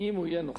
אם הוא יהיה נוכח.